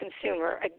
consumer